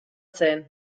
zen